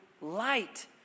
light